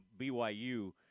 BYU